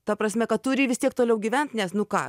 ta prasme kad turi vis tiek toliau gyvent nes nu ką